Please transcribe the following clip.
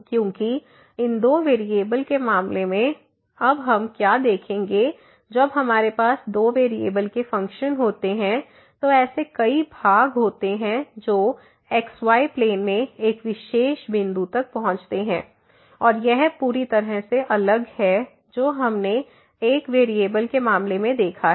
क्योंकि इन दो वेरिएबल के मामले में अब हम क्या देखेंगे जब हमारे पास दो वेरिएबल के फ़ंक्शन होते हैं तो ऐसे कई भाग होते हैं जो xy प्लेन में एक विशेष बिंदु तक पहुंचते हैं और यह पूरी तरह से अलग है जो हमने एक वेरिएबल के मामले में देखा है